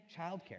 childcare